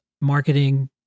marketing